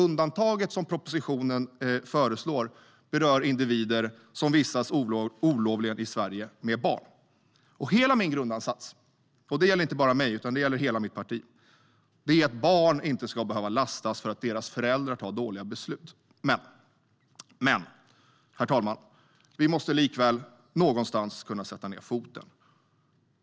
Undantaget som propositionen föreslår berör individer som vistas olovligen i Sverige med barn. Hela min grundansats - det gäller inte bara mig utan det gäller hela mitt parti - är att barn inte ska behöva lastas för att deras föräldrar fattar dåliga beslut. Herr talman! Vi måste likväl någonstans sätta ned foten.